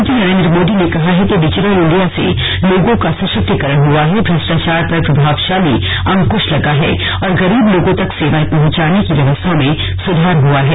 प्रधानमंत्री नरेन्द्र मोदी ने कहा है कि डिजिटल इंडिया से लोगों का सशक्तिकरण हुआ है भ्रष्टाचार पर प्रभावशाली अंकुश लगा है और गरीब लोगों तक सेवाएं पहुंचाने की व्यवस्था में सुधार हुआ है